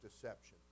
deception